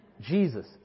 Jesus